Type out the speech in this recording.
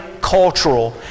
cultural